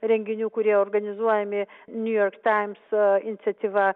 renginių kurie organizuojami new york times iniciatyva